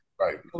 Right